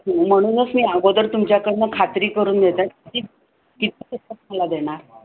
म्हणूनच मी अगोदर तुमच्याकडून खात्री करून घेताय की किती दिवसात मला देणार